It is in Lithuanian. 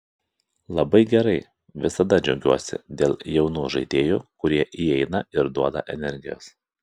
labai gerai visada džiaugiuosi dėl jaunų žaidėjų kurie įeina ir duoda energijos